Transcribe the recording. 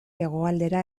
hegoaldera